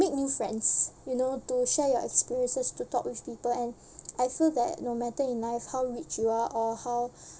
make new friends you know to share your experiences to talk with people and I feel that no matter in life how rich you are or how